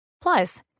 Plus